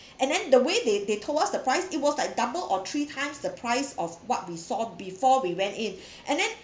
and then the way they they told us that it was like double or three times the price of what we saw before we went in and then